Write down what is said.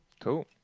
Cool